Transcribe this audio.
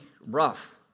rough